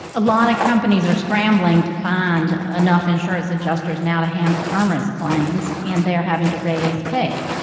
a lot of companies are scrambling to find enough insurance adjusters now to handle irma's claims and they're having to raise pay.